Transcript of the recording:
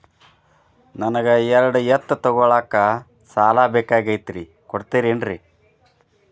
ನನಗ ಎರಡು ಎತ್ತು ತಗೋಳಾಕ್ ಸಾಲಾ ಬೇಕಾಗೈತ್ರಿ ಕೊಡ್ತಿರೇನ್ರಿ?